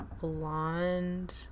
blonde